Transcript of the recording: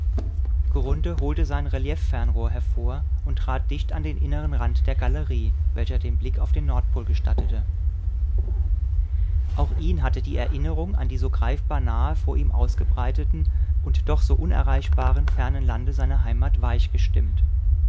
holte sein relieffernrohr hervor und trat dicht an den inneren rand der galerie welcher den blick auf den nordpol gestattete auch ihn hatte die erinnerung an die so greifbar nahe vor ihm ausgebreiteten und doch so unerreichbaren fernen lande seiner heimat weichgestimmt